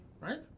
Right